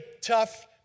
tough